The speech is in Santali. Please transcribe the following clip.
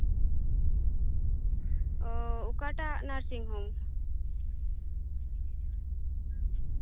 ᱚ ᱚᱠᱟᱴᱟᱜ ᱱᱟᱨᱥᱤᱝ ᱦᱳᱢ